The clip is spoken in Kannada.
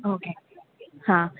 ಓಕೆ ಹಾಂ